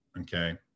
okay